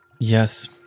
Yes